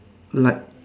light